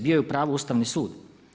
Bio je upravu Ustavni sud.